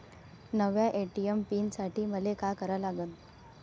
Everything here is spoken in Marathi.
नव्या ए.टी.एम पीन साठी मले का करा लागन?